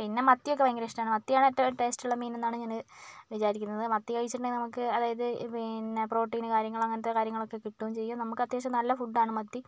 പിന്നെ മത്തിയൊക്കെ ഭയങ്കരിഷ്ടമാണ് മത്തിയാണ് ഏറ്റവും ടേസ്റ്റുള്ള മീനെന്നാണ് ഞാൻ വിചാരിക്കുന്നത് മത്തി കഴിച്ചിട്ടുണ്ടെങ്കിൽ നമുക്ക് അതായത് പിന്നെ പ്രോട്ടീൻ കാര്യങ്ങൾ അങ്ങനത്തെ കാര്യങ്ങളൊക്കെ കിട്ടുകയും ചെയ്യും നമുക്കത്യാവശ്യം നല്ല ഫുഡ്ഡാണ് മത്തി